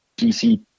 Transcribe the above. DC